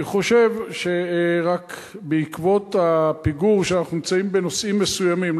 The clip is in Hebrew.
אני חושב שרק עקב הפיגור שאנחנו נמצאים בנושאים מסוימים,